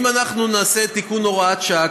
אם אנחנו נעשה תיקון הוראת שעה,